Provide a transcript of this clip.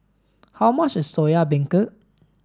how much is soya beancurd